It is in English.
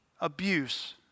abuse